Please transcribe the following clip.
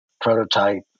prototype